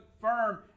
firm